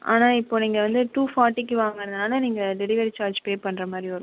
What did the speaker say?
ஆனால் இப்போது நீங்கள் வந்து டூ ஃபாட்டிக்கு வாங்கிறதுனால நீங்கள் டெலிவரி சார்ஜ் பே பண்ணுற மாதிரி வரும்